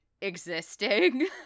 existing